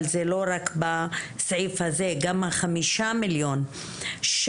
אבל זה לא רק בסעיף הזה, גם החמישה מיליון של